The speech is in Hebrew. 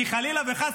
כי חלילה וחס,